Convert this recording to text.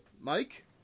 Mike